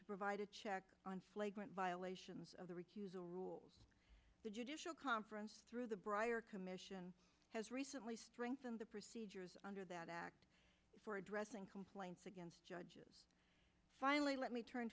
to provide a check on flagrant violations of the recusal rules the judicial conference through the brier commission has recently strengthened the procedures under that act for addressing complaints against judges finally let me turn